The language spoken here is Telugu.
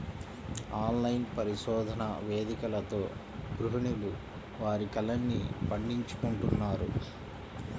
ఆన్లైన్ పరిశోధన వేదికలతో గృహిణులు వారి కలల్ని పండించుకుంటున్నారు